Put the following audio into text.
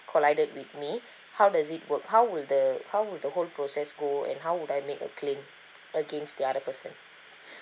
collided with me how does it work how would the how would the whole process go and how would I make a claim against the other person